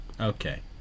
Okay